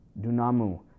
Dunamu